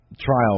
trial